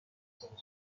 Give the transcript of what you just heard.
آسانسور